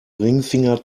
ringfinger